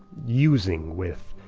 using-with.